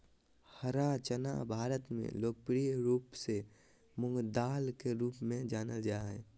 हरा चना भारत में लोकप्रिय रूप से मूंगदाल के रूप में जानल जा हइ